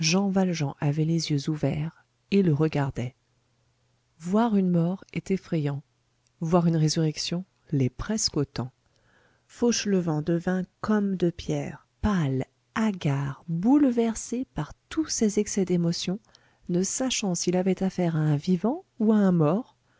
jean valjean avait les yeux ouverts et le regardait voir une mort est effrayant voir une résurrection l'est presque autant fauchelevent devint comme de pierre pâle hagard bouleversé par tous ces excès d'émotions ne sachant s'il avait affaire à un vivant ou à un mort